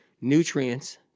nutrients